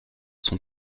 son